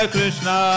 Krishna